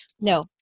no